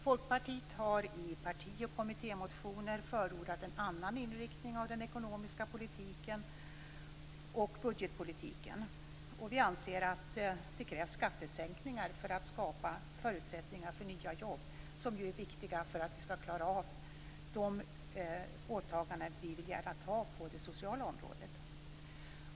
Folkpartiet har i parti och kommittémotioner förordat en annan inriktning av den ekonomiska politiken och budgetpolitiken. Vi anser att det krävs skattesänkningar för att skapa förutsättningar för nya jobb, som ju är viktiga för att vi skall klara av de åtaganden som vi velat ha på det sociala området.